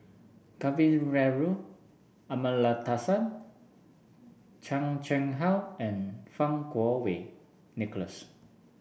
Kavignareru Amallathasan Chan Chang How and Fang Kuo Wei Nicholas